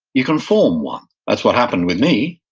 you can form one. that's what happened with me.